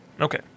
Okay